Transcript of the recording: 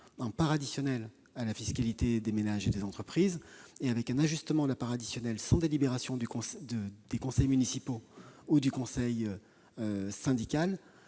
en part additionnelle à la fiscalité des ménages et des entreprises, avec, au fil du temps, un ajustement de cette part additionnelle, sans délibération des conseils municipaux ou du conseil syndical.